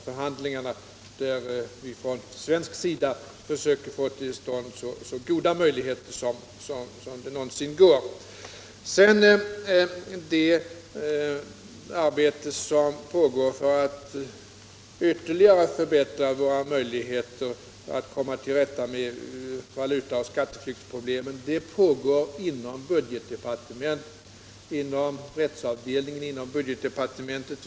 Från svensk sida försöker vi få till stånd så goda möjligheter som det någonsin går att få. Arbetet för att ytterligare förbättra våra möjligheter att komma till rätta med valutaoch skatteflyktsproblemen pågår inom rättsavdelningen på budgetdepartementet.